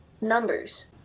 numbers